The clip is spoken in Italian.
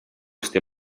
stia